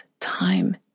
time